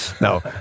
No